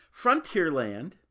Frontierland